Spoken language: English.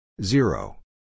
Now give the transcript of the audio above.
Zero